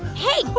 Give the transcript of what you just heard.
hey.